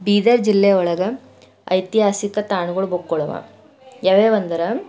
ಬೀದರ್ ಜಿಲ್ಲೆ ಒಳಗೆ ಐತಿಹಾಸಿಕ ತಾಣಗಳು ಬುಕ್ಕೊಳಗ ಯಾವ್ಯಾವೆಂದರೆ